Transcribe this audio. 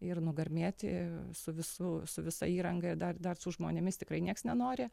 ir nugarmėti su visu su visa įranga ir dar dar su žmonėmis tikrai nieks nenori